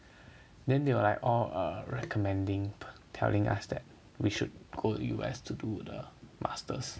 then they will like oh err recommending telling us that we should go U_S to do the masters